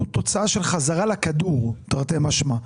הוא תוצאה של חזרה לכדור תרתי משמע,